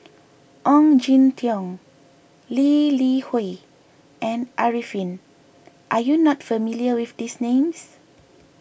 Ong Jin Teong Lee Li Hui and Arifin are you not familiar with these names